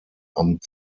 amt